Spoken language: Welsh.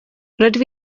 rydw